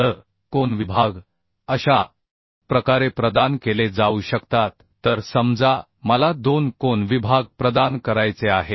तर कोन विभाग अशा प्रकारे प्रदान केले जाऊ शकतात तर समजा मला दोन कोन विभाग प्रदान करायचे आहेत